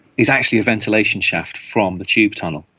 is actually a ventilation shaft from the tube tunnel.